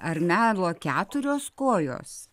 ar melo keturios kojos